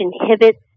inhibits